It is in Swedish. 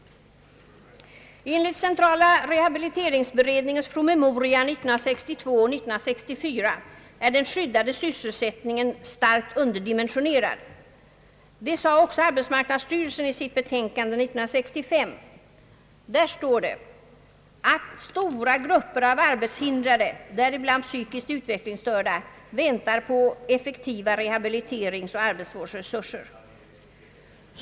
Enligt centrala rehabiliteringsberedningens promemoria 1962 och betänkande 1964 är den skyddade sysselsättningen starkt underdimensionerad. Det sade också arbetsmarknadsstyrelsen i sitt betänkande 1965. Där står att stora grupper av arbetshindrade, däribland psykiskt utvecklingsstörda, väntar på effektiva rehabiliteringsoch arbetsvårdsresurser.